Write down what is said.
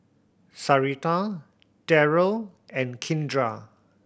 Sarita Daryl and Kindra